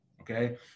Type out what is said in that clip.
okay